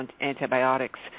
antibiotics